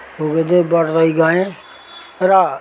हुर्किँदै बढ्दै गएँ र